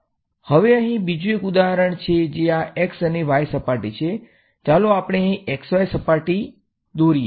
હવે અહીં બીજું એક ઉદાહરણ છે જે આ x અને y સપાટી છે ચાલો આપણે અહીં xy સપાટી દોરીએ